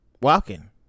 walking